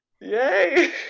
Yay